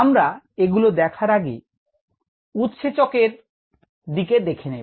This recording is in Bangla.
আমরা এগুলো দেখার আগে উৎসেচকের দিকে দেখে নেব